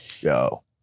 yo